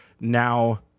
Now